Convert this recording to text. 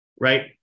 right